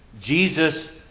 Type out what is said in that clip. Jesus